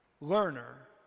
learner